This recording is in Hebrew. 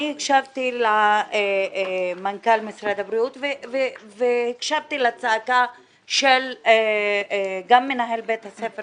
הקשבתי למנכ"ל משרד הבריאות והקשבתי לצעקה של מנהל בית החולים.